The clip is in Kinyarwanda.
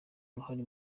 uruhare